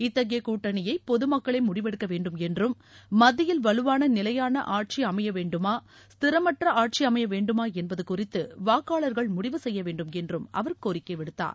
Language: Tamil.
இத்தகைய கூட்டணி பொது மக்களே முடிவெடுக்கவேண்டும் என்றும் மத்தியில் வலுவான நிலையான ஆட்சி அமையவேண்டுமா ஸ்திரமற்ற ஆட்சி அமைய வேண்டுமா என்பது குறித்து வாக்காளர்கள் முடிவு செய்யவேண்டும் என்றும் அவர் கோரிக்கை விடுத்தார்